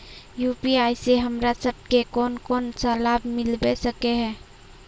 UPI से हमरा सब के कोन कोन सा लाभ मिलबे सके है?